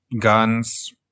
guns